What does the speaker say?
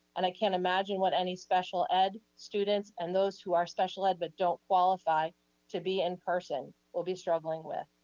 and i can't imagine what any special ed students and those who are special ed, but don't qualify to be in-person will be struggling with.